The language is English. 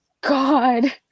God